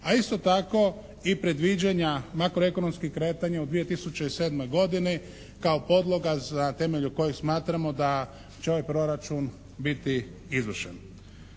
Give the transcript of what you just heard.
a isto tako i predviđanja makroekonomskih kretanja u 2007. godini kao podloga za temelj u kojem smatramo da će ovaj Proračun biti izvršen.